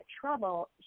trouble